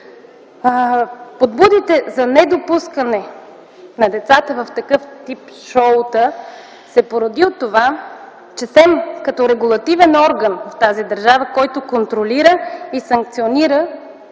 Подбудите за недопускане на децата в такъв тип шоу се породиха от това, че СЕМ като регулативен орган в тази държава, който контролира и санкционира